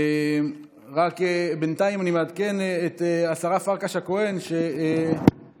רק בינתיים אני מעדכן את השרה פרקש הכהן שבטלגרם